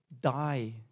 Die